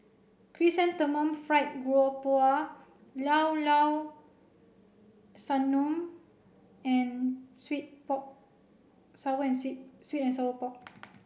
Chrysanthemum Fried Garoupa Llao Llao Sanum and sweet pork sour and sweet sweet and sour pork